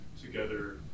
together